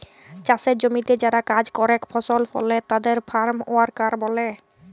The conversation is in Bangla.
চাসের জমিতে যারা কাজ করেক ফসল ফলে তাদের ফার্ম ওয়ার্কার ব্যলে